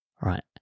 Right